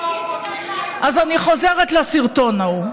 אז אני חוזרת לסרטון ההוא.